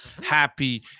happy